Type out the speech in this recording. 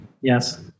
Yes